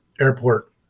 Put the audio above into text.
airport